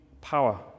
power